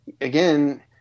again